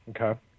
Okay